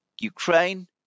Ukraine